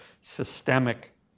systemic